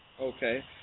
Okay